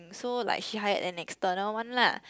so like she hired an external one lah